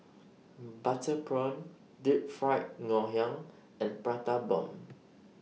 Butter Prawn Deep Fried Ngoh Hiang and Prata Bomb